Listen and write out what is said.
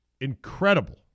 Incredible